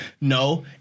no